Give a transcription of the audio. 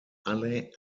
alle